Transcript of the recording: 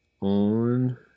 on